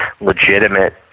legitimate